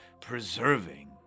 preserving